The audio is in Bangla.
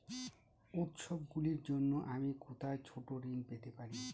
উত্সবগুলির জন্য আমি কোথায় ছোট ঋণ পেতে পারি?